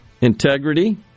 integrity